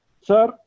Sir